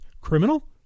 criminal